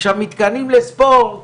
עכשיו מתקנים לספורט